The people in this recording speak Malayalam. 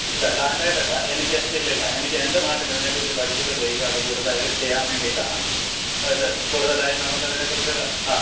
ഇല്ല ലാൻഡ് ആയിട്ടില്ല എനിക്ക് ഇല്ലില്ല എനിക്ക് എൻ്റെ നാട്ടിലിതിനെക്കുറിച്ച് പഠിച്ചിട്ട് പോയി അത് കൂടുതലായിട്ട് ചെയ്യാൻ വേണ്ടിയിട്ടാണ് അതായത് കൂടുതലായി നമുക്ക് അതിനെക്കുറിച്ചുള്ള ആ